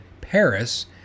Paris